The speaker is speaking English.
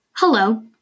Hello